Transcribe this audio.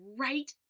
right